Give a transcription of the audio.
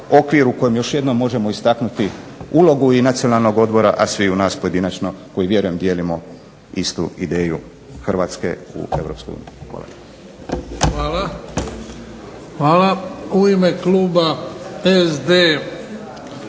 u kojem još jednom možemo istaknuti ulogu i Nacionalnog odbora, a sviju nas pojedinačno koji vjerujem dijelimo istu ideju Hrvatske u Europskoj uniji. Hvala.